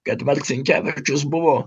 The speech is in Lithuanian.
kad marcinkevičius buvo